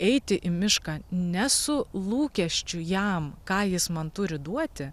eiti į mišką ne su lūkesčiu jam ką jis man turi duoti